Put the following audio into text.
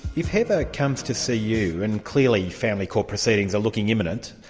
if heather comes to see you, and clearly family court proceedings are looking imminent,